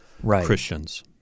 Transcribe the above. Christians